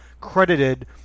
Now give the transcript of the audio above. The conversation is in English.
credited